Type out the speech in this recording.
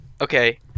Okay